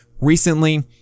recently